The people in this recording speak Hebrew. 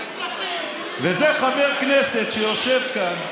וזה חבר כנסת שיושב כאן.